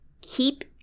Keep